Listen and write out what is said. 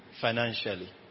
financially